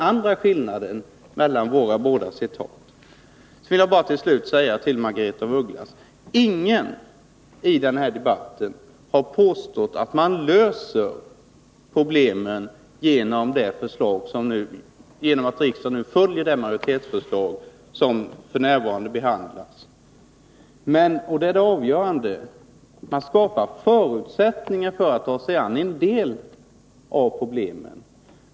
Jag vill till sist säga till Margaretha af Ugglas: Ingen har i den här debatten påstått att man löser problemen genom att riksdagen följer det majoritetsförslag som nu behandlas, men — och det är det avgörande — man skapar förutsättningar för att ta sig an en del av problemen.